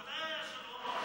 מתי היה שלום?